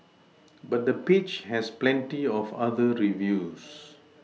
but the page has plenty of other reviews